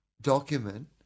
document